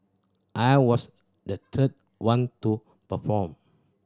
I was the third one to perform